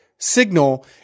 signal